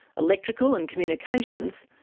electrical and communications,